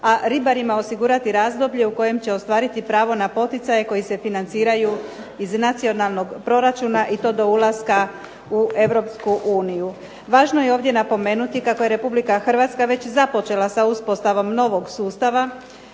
a ribarima osigurati razdoblje u kojem će ostvariti pravo na poticaje koji se financiraju iz nacionalnog proračunu i to do ulaska u EU. Važno je ovdje napomenuti kako je RH već započela sa uspostavom novog sustava